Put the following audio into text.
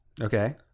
okay